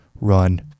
run